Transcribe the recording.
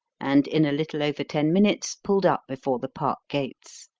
and in a little over ten minutes pulled up before the park gates.